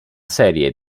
serie